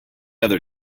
other